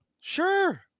Sure